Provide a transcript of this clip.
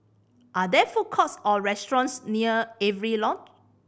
are there food courts or restaurants near Avery Lodge